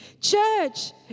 Church